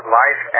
life